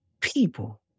People